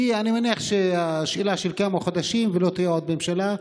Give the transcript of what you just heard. כי אני מניח שזו שאלה של כמה חודשים ולא תהיה עוד ממשלה,